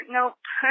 Nope